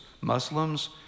Muslims